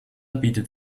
bietet